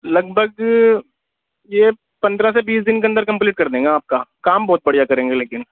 لگ بھگ یہ پندرہ سے بیس دن کے اندر کمپلیٹ کر دیں گے آپ کا کام بہت بڑھیاں کریں گے لیکن